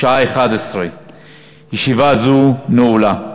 בשעה 11:00. ישיבה זו נעולה.